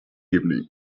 evening